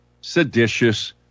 seditious